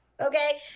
okay